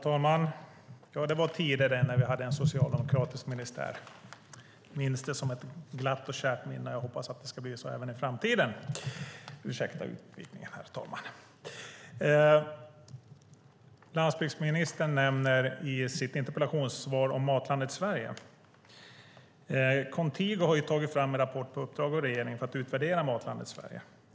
Herr talman! Det var tider det, när vi hade en socialdemokratisk ministär. Jag har det som ett glatt och kärt minne, och jag hoppas att det ska bli så även i framtiden. Ursäkta utvikningen, herr talman! Landsbygdsministern nämner i sitt interpellationssvar Matlandet Sverige. Kontigo har tagit fram en rapport på uppdrag av regeringen för att utvärdera Matlandet Sverige.